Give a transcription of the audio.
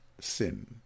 sin